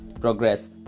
progress